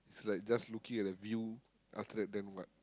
it's like just looking at the view after that then what